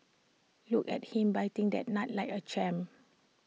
look at him biting that nut like A champ